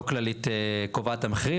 לא "כללית" קובעת את המחירים.